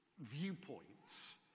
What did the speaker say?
viewpoints